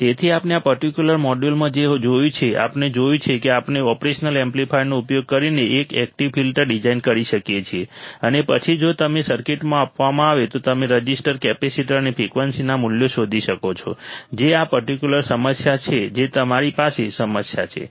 તેથી આપણે આ પર્ટિક્યુલર મોડ્યુલમાં જે જોયું છે આપણે જોયું છે કે આપણે ઓપરેશનલ એમ્પ્લીફાયરનો ઉપયોગ કરીને એક એકટીવ ફિલ્ટર ડિઝાઇન કરી શકીએ છીએ અને પછી જો તમને સર્કિટ આપવામાં આવે તો તમે રઝિસ્ટર કેપેસિટર અથવા ફ્રિકવન્સીના મૂલ્યો શોધી શકો છો જે આ પર્ટિક્યુલર સમસ્યા છે જે તમારી સામે સમસ્યા છે